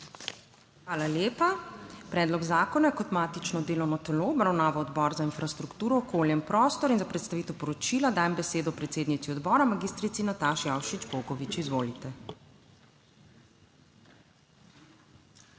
Hvala lepa. Predlog zakona je kot matično delovno telo obravnaval Odbor za infrastrukturo, okolje in prostor. Za predstavitev poročila dajem besedo predsednici odbora mag. Nataši Avšič Bogovič. Izvolite. **MAG.